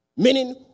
Meaning